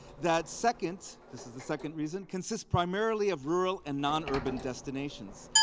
that's second, this is the second reason, consists primarily of rural and non-urban destinations.